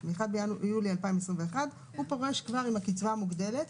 ביולי 2021 הוא פורש כבר עם הקצבה המוגדלת,